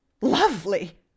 Lovely